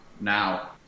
now